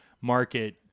market